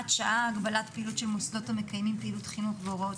שעה) (הגבלת פעילות של מוסדות המקיימים פעילות חינוך והוראות